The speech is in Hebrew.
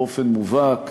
באופן מובהק,